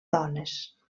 dones